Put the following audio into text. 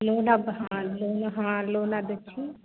लोहना बहान लोहना हॅं लोहना दक्षिण